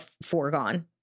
foregone